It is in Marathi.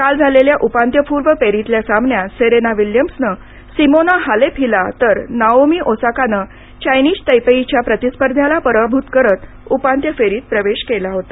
काल झालेल्या उपान्त्यपूर्व फेरीतल्या सामन्यात सेरेना विल्यम्सनं सिमोना हालेप हिला तर नाओमी ओसाकानं चायनिज तैपेईच्या प्रतिस्पर्ध्याला पराभूत करत उपांत्य फेरीत प्रवेश केला होता